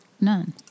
None